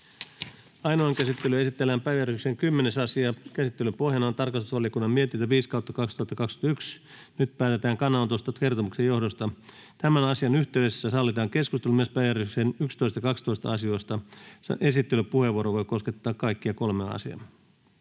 Ainoaan käsittelyyn esitellään päiväjärjestyksen 10. asia. Käsittelyn pohjana on tarkastusvaliokunnan mietintö TrVM 5/2021 vp. Nyt päätetään kannanotosta kertomuksen johdosta. Tämän asian yhteydessä sallitaan keskustelu myös päiväjärjestyksen 11. ja 12. asiasta. — Esittelypuheenvuoro, joka koskettaa kaikkia kolmea asiaa,